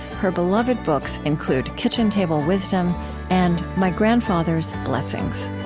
her beloved books include kitchen table wisdom and my grandfather's blessings